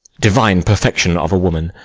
divine perfection of a woman,